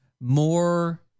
more